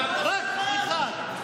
זה הבוס שלך.